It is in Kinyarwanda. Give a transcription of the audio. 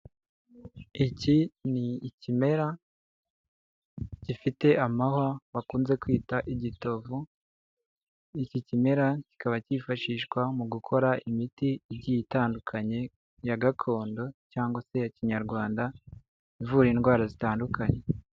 Iki ni ikimera gifite amahwa bakunze kwita igitovu, iki kimera kikaba cyifashishwa mu gukora imiti igiye itandukanye ya gakondo cyangwa se ya Kinyarwanda ivura indwara zitandukanye.